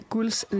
Gulds